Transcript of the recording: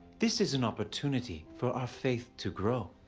this is an opportunity for our faith to grow.